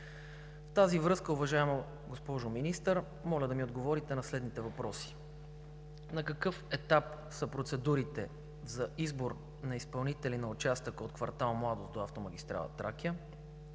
В тази връзка, уважаема госпожо Министър, моля да ми отговорите на следните въпроси. На какъв етап са процедурите за избор на изпълнителя на участъка от квартал „Младост“ до автомагистрала „Тракия“?